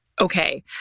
okay